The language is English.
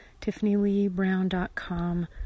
tiffanyleebrown.com